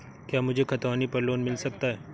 क्या मुझे खतौनी पर लोन मिल सकता है?